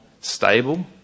stable